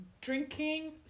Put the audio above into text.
drinking